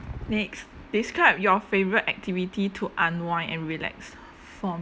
next describe your favourite activity to unwind and relax for